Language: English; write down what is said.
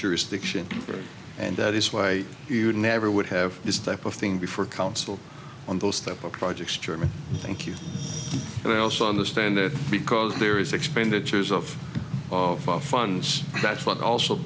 jurisdiction and that is why you never would have this type of thing before council on those type of projects chairman thank you but i also understand that because there is expenditures of of funds that's what also